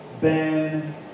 Ben